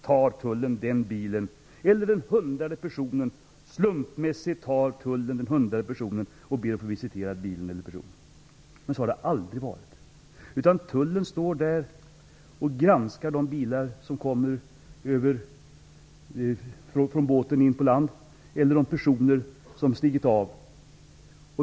När den hundrade kommer, tar Tullen slumpmässigt den bilen eller den personen och ber att få visitera bilen eller personen. Men så har det aldrig varit. Tullen står där och granskar de bilar som kommer från båten in på land eller de personer som stigit av.